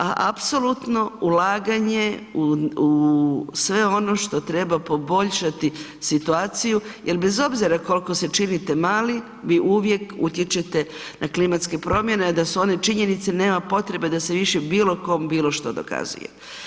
A apsolutno ulaganje u sve ono što treba poboljšati situaciju jer bez obzira koliko se činite mali vi uvijek utječete na klimatske promjene a da su one činjenice, nema potrebe da se više bilo kome bilo što dokazuje.